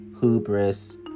hubris